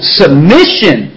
submission